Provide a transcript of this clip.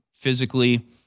Physically